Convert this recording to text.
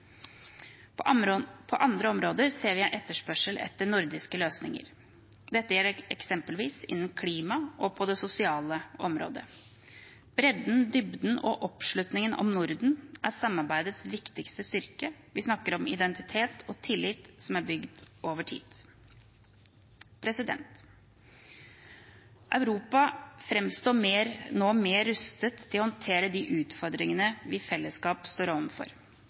På andre områder ser vi en etterspørsel etter nordiske løsninger. Dette gjelder eksempelvis innenfor klima og på det sosiale området. Bredden, dybden og oppslutningen om Norden er samarbeidets viktigste styrke. Vi snakker om identitet og tillit som er bygd over tid. Europa framstår nå mer rustet til å håndtere de utfordringene vi i fellesskap står